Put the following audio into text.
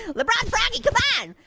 lebron froggy, come on.